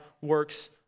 works